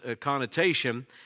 connotation